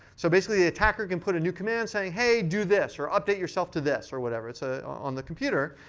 so basically, the attacker can put a new command saying, hey, do this, or update yourself to this, or whatever. it's ah on the computer.